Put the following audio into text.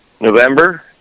November